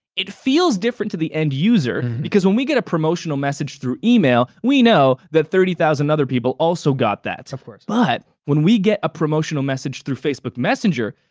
it feels different to the end-user, because when we get a promotional message through email, we know that thirty thousand other people also got that. so of course. but when we get a promotional message through facebook messenger,